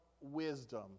wisdom